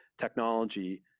technology